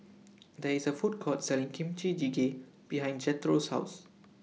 There IS A Food Court Selling Kimchi Jjigae behind Jethro's House